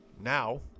Now